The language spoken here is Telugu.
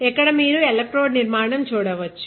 ఇక్కడ మీరు ఎలక్ట్రోడ్ నిర్మాణం చూడవచ్చు